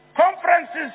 Conferences